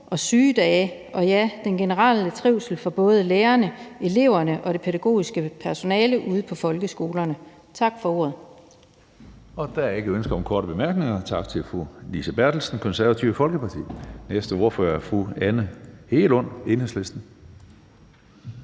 og sygedage og ja, for den generelle trivsel for både lærerne, eleverne og det pædagogiske personale ude i folkeskolerne. Tak for ordet. Kl. 14:56 Tredje næstformand (Karsten Hønge): Der er ikke ønske om korte bemærkninger. Tak til fru Lise Bertelsen, Det Konservative Folkeparti. Næste ordfører er fru Anne Hegelund, Enhedslisten.